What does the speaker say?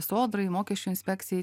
sodrai mokesčių inspekcijai